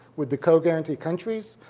with the co-guarantee countries,